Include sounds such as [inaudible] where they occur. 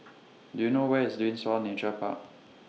[noise] Do YOU know Where IS Windsor Nature Park